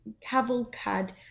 cavalcade